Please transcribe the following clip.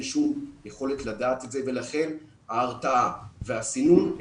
שום יכולת לדעת את זה ולכן צריכים הרתעה וסינון.